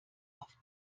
auf